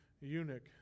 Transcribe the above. eunuch